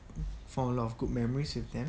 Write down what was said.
form a lot of good memories with them